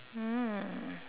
mm